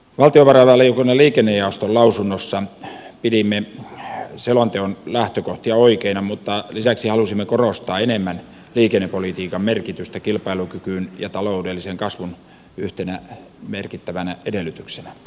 valtiovarainvaliokunnan liikennejaoston lausunnossa pidimme selonteon lähtökohtia oikeina mutta lisäksi halusimme korostaa enemmän liikennepolitiikan merkitystä kilpailukyvyn ja taloudellisen kasvun yhtenä merkittävänä edellytyksenä